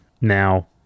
Now